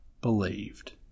believed